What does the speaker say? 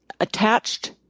attached